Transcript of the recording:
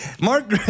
Mark